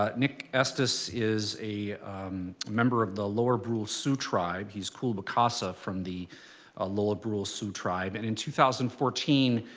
ah nick estes is a member of the lower brule sioux tribe. he's kul wicasa from the ah lower brule sioux tribe. and in two thousand and fourteen,